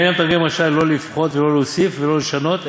אין המתרגם רשאי לא לפחות ולא להוסיף ולא לשנות,